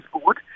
board